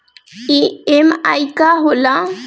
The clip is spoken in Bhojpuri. ई.एम.आई का होला?